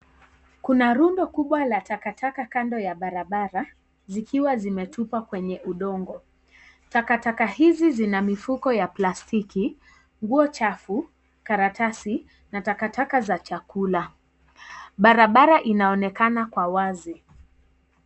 Kuna rundo kubwa la takataka kando ya barabara zikiwa zimetupwa kwenye undogo. Takataka hizi zina mifuko ya plastiki, nguo chafu, karatasi na takataka za chakula. Barabara inaonekana kwa wazi.